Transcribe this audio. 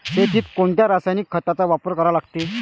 शेतीत कोनच्या रासायनिक खताचा वापर करा लागते?